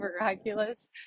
miraculous